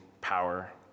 power